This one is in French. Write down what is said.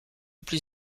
plus